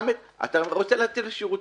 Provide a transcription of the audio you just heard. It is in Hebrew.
אתה רוצה לגשת לשירותים,